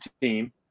team